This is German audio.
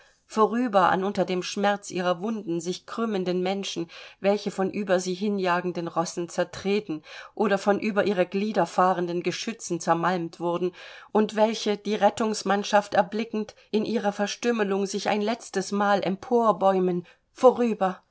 vorüber an unter dem schmerz ihrer wunden sich krümmenden menschen welche von über sie hinjagenden rossen zertreten oder von über ihre glieder fahrenden geschützen zermalmt wurden und welche die rettungsmannschaft erblickend in ihrer verstümmelung sich ein letztesmal emporbäumen vorüber